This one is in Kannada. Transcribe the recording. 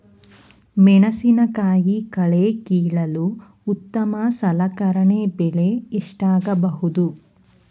ಮೆಣಸಿನಕಾಯಿ ಕಳೆ ಕೀಳಲು ಉತ್ತಮ ಸಲಕರಣೆ ಬೆಲೆ ಎಷ್ಟಾಗಬಹುದು?